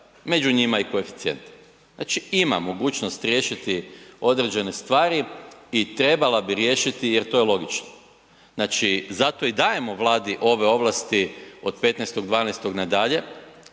među njima i koeficijente. Znači ima mogućnost riješiti određene stvari i trebala riješiti jer to je logično. Znači i zato i dajemo Vladi ove ovlasti od 15. 12. nadalje